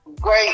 great